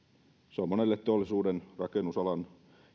se on monelle teollisuuden rakennusalan